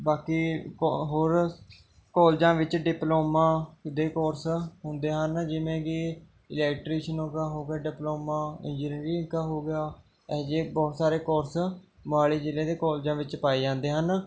ਬਾਕੀ ਅ ਹੋਰ ਕੋਲਜਾਂ ਵਿੱਚ ਡਿਪਲੋਮਾਂ ਦੇ ਕੋਰਸ ਹੁੰਦੇ ਹਨ ਜਿਵੇਂ ਕਿ ਇਲੈਕਟ੍ਰੀਸ਼ਨ ਕਾ ਹੋ ਗਿਆ ਡਿਪਲੋਮਾ ਇੰਜਨੀਅਰਿੰਗ ਕਾ ਹੋ ਗਿਆ ਅਜਿਹੇ ਬਹੁਤ ਸਾਰੇ ਕੋਰਸ ਮੋਹਾਲੀ ਜ਼ਿਲ੍ਹੇ ਦੇ ਕੋਲਜਾਂ ਵਿੱਚ ਪਾਏ ਜਾਂਦੇ ਹਨ